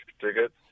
tickets